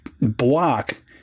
block